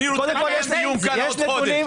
אני רוצה את הנתונים עוד חודש.